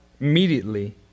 immediately